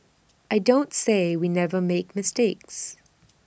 I don't say we never make mistakes